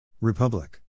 Republic